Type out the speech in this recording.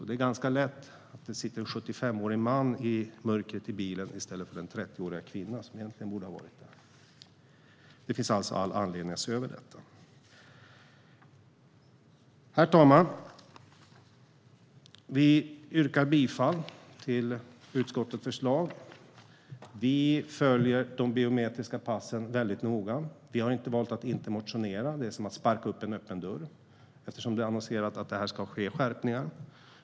Det är ganska lätt hänt att det sitter en 75-årig man i mörkret i bilen i stället för den 30-åriga kvinna som egentligen borde ha suttit där. Det finns alltså all anledning att se över detta. Herr talman! Vi yrkar bifall till utskottets förslag. Vi följer de biometriska passen noga. Vi har valt att inte motionera; det är som att sparka in en öppen dörr eftersom det är annonserat att det ska ske skärpningar.